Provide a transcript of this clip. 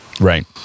right